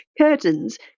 curtains